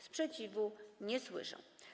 Sprzeciwu nie słyszę.